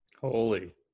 Holy